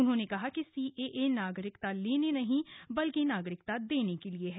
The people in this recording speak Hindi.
उन्होंने बताया कि सीएए नागरिकता लेने नहीं बल्कि नागरिकता देने के लिए है